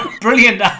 brilliant